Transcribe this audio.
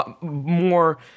more